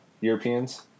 Europeans